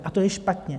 A to je špatně.